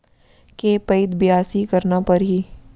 के पइत बियासी करना परहि?